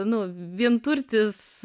nu vienturtis